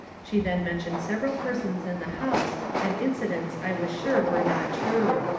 she then mentioned several persons in the house and incidents i was sure were not true.